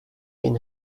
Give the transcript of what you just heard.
been